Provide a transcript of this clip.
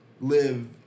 live